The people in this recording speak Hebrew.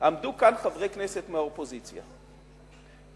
עמדו פה חברי כנסת מהאופוזיציה ואמרו,